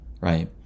right